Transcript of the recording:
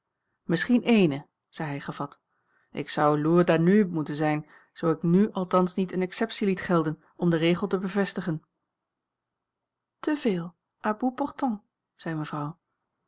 ééne zei hij gevat ik zou l'ours danube moeten zijn zoo ik n althans niet eene exceptie liet gelden om den regel te bevestigen te veel à bout portant zei mevrouw